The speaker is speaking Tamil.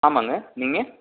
ஆமாங்க நீங்கள்